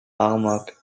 armagh